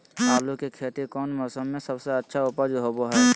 आलू की खेती कौन मौसम में सबसे अच्छा उपज होबो हय?